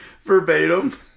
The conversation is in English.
Verbatim